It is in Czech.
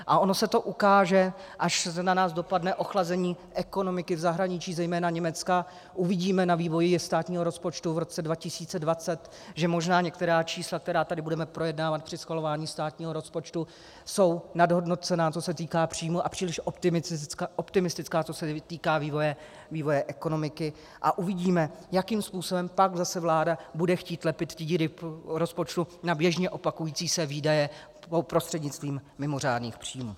A ono se to ukáže, až na nás dopadne ochlazení ekonomiky v zahraničí, zejména Německa, uvidíme na vývoji státního rozpočtu v roce 2020, že možná některá čísla, která tady budeme projednávat při schvalování státního rozpočtu, jsou nadhodnocena, co se týká příjmů, a příliš optimistická, co se týká vývoje ekonomiky, a uvidíme, jakým způsobem pak zase vláda bude chtít lepit díry v rozpočtu na běžně se opakující výdaje prostřednictvím mimořádných příjmů.